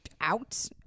out